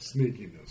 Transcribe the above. sneakiness